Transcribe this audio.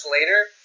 later